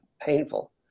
painful